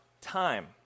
time